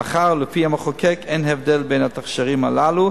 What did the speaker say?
מאחר שלפי המחוקק אין הבדל בין התכשירים הללו